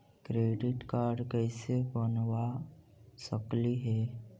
Credit card कैसे बनबा सकली हे?